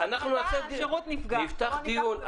כשיש הפרטה השירות נפגע, בוא ניקח את זה בחשבון.